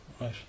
Right